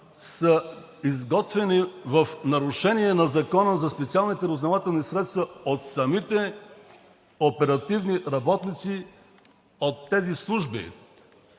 са изготвяни в нарушение на Закона за специалните разузнавателни средства от самите оперативни работници от тези служби.